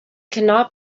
cannot